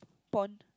porn